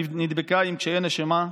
עם קשיי נשימה.